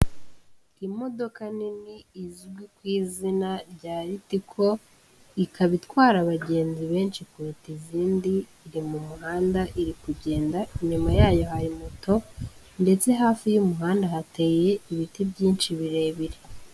Imodoka nini izwi ku izina rya Ritiko ikaba itwara abagenzi benshi kuruta izindi iri mu muhanda iri kugenda inyuma yayo hari moto ndetse hafi y'umuhanda hateye ibiti byinshi birebire.